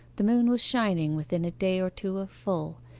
the moon was shining within a day or two of full,